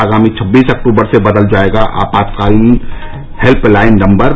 आगामी छब्बीस अक्टूबर से बदल जायेगा आपातकालीन हेल्य लाइन नम्बर